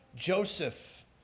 Joseph